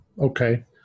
okay